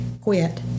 quit